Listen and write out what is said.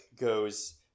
goes